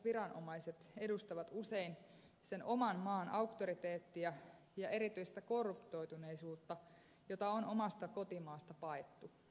viranomaiset edustavat usein sen oman maan auktoriteettia ja erityistä korruptoituneisuutta jota on omasta kotimaasta paettu